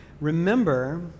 remember